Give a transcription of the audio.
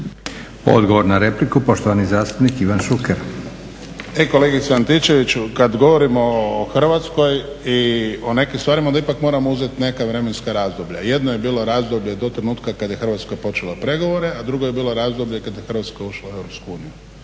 Odgovor na repliku poštovani zastupnik Ivan Šuker. **Šuker, Ivan (HDZ)** E kolegice Antičević kada govorimo o Hrvatskoj i o nekim stvarima onda ipak moramo uzeti nekakva vremenska razdoblja. Jedno je bilo razdoblje do trenutka kada je Hrvatska počela pregovore, a drugo je bilo razdoblje kada je Hrvatska ušla u EU.